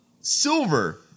Silver